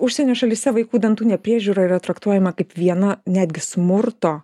užsienio šalyse vaikų dantų nepriežiūra yra traktuojama kaip viena netgi smurto